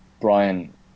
Brian